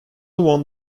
won